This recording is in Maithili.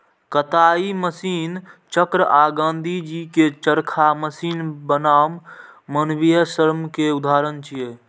कताइ मशीनक चक्र आ गांधीजी के चरखा मशीन बनाम मानवीय श्रम के उदाहरण छियै